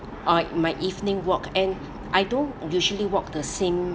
oh my evening walk and I don't usually walk the same